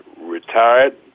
retired